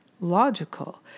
logical